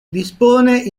dispone